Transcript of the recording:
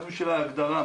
רק בשביל ההגדרה,